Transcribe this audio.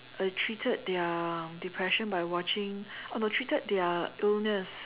uh treated their depression by watching oh no treated their illness